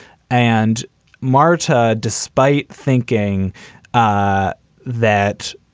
and marta, despite thinking ah that,